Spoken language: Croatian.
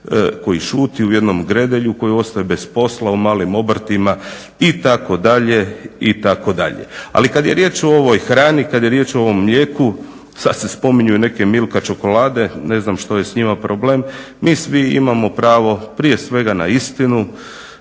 koji šuti u jednom GREDELJ-u koji ostaje bez posla, u malim obrtima itd., itd. Ali kad je riječ o ovoj hrani, kad je riječ o ovom mlijeku sad se spominju i neke MILKA čokolade, ne znam što je s njima problem, mi svi imamo pravo prije svega na istinu